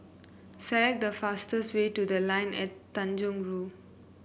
select the fastest way to The Line at Tanjong Rhu